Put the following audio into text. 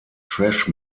thrash